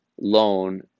loan